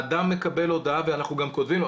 האדם מקבל הודעה ואנחנו גם כותבים לו,